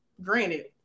granted